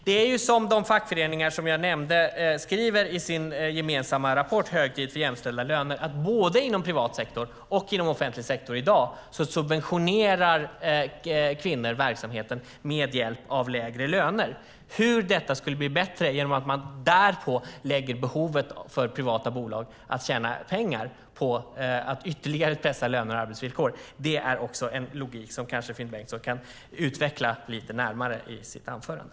Det är som de fackföreningar som jag nämnde skriver i sin gemensamma rapport Hög tid för jämställda löner , att både inom privat sektor och inom offentlig sektor subventionerar kvinnor i dag verksamheten med hjälp av lägre löner. Hur detta skulle bli bättre genom att man därtill lägger behovet för privata bolag att tjäna pengar på att ytterligare pressa löner och arbetsvillkor är också en logik som Finn Bengtsson kanske kan utveckla lite närmare i sitt anförande.